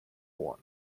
one